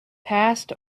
past